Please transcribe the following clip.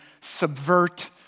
subvert